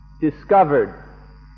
discovered